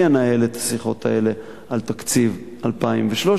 אנהל את השיחות האלה על תקציב 2013,